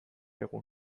egun